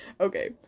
Okay